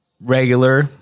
regular